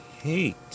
hate